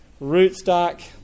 rootstock